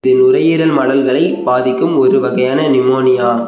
இது நுரையீரல் மடல்களை பாதிக்கும் ஒரு வகையான நிமோனியா